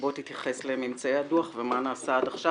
בוא תתייחס לממצאי הדוח ומה נעשה עד עכשיו